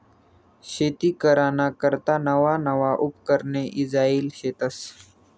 शेती कराना करता नवा नवा उपकरणे ईजायेल शेतस